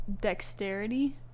dexterity